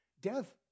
Death